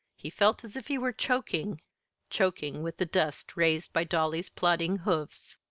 he felt as if he were choking choking with the dust raised by dolly's plodding hoofs.